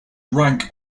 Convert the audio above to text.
rank